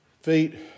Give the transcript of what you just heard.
feet